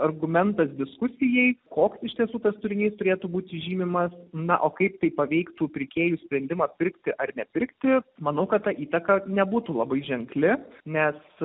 argumentas diskusijai koks iš tiesų tas turinys turėtų būti žymimas na o kaip tai paveiktų pirkėjų sprendimą pirkti ar nepirkti manau kad ta įtaka nebūtų labai ženkli nes